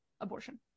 abortion